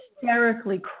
hysterically